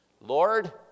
Lord